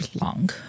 long